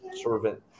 servant